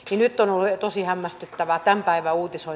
kilyton oli tosi hämmästytä varten päivä uutisoi